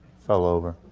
fell over.